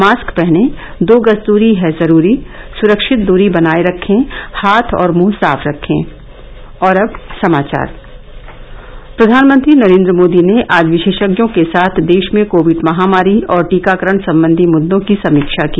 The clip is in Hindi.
मास्क पहनें दो गज दूरी है जरूरी सुरक्षित दूरी बनाये रखे हाथ और मुंह साफ रखें प्रधानमंत्री नरेन्द्र मोदी ने आज विशेषज्ञों के साथ देश में कोविड महामारी और टीकाकरण संबंधी मृद्दों की समीक्षा की